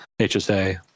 HSA